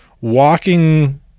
walking